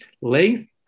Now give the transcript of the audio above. length